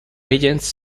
agents